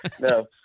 No